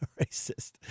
racist